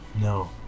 No